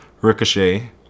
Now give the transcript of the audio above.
Ricochet